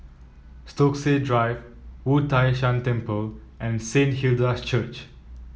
Stokesay Drive Wu Tai Shan Temple and Saint Hilda's Church